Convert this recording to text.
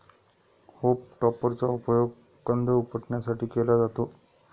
home टॉपरचा उपयोग कंद उपटण्यासाठी केला जातो